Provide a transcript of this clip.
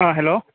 अ hello